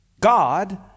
God